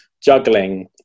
juggling